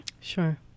Sure